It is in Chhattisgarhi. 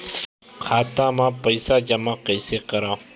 खाता म पईसा जमा कइसे करव?